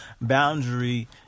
boundary